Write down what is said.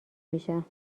میشم